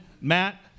Matt